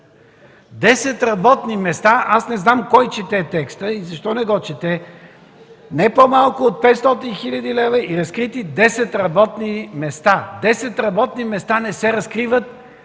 работни места! Аз не знам кой чете текста и защо не го чете – „не по-малко от 500 хил. лв. и разкрити десет работни места”! Десет работни места не се разкриват